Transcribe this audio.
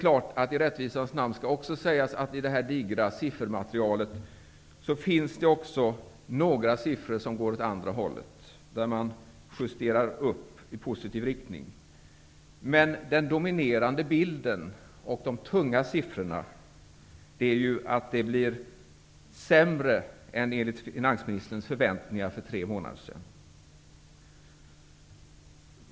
I rättvisans namn skall också sägas att i detta digra siffermaterial finns också några siffror som går åt det andra hållet, dvs. att man justerar upp i positiv riktning. Men den dominerande bilden med de tunga siffrorna innebär att det blir sämre än enligt finansministerns förväntningar för tre månader sedan.